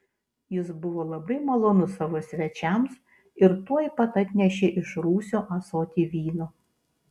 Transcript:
jis buvo labai malonus savo svečiams ir tuoj pat atnešė iš rūsio ąsotį vyno